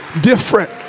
different